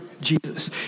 Jesus